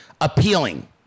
appealing